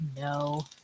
no